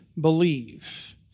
believe